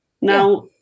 Now